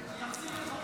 אני אחזיר לך דקה.